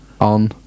On